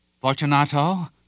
Fortunato